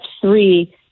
three